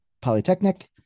Polytechnic